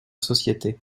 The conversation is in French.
société